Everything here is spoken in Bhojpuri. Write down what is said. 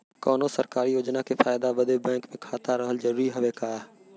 कौनो सरकारी योजना के फायदा बदे बैंक मे खाता रहल जरूरी हवे का?